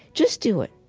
just do it.